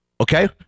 Okay